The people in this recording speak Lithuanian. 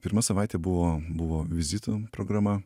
pirma savaitė buvo buvo vizitų programa